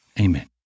amen